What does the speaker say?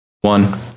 one